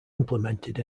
implemented